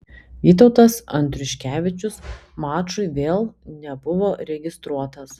vytautas andriuškevičius mačui vėl nebuvo registruotas